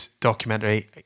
documentary